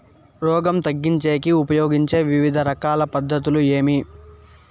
రోగం తగ్గించేకి ఉపయోగించే వివిధ రకాల పద్ధతులు ఏమి?